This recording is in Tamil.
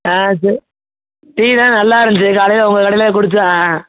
ஆ சேரி டீ தான் நல்லாயிருந்துச்சி காலையில் உங்கள் கடையில் தான் குடித்தோம்